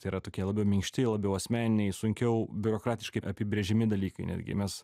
tai yra tokie labiau minkšti labiau asmeniniai sunkiau biurokratiškai apibrėžiami dalykai netgi mes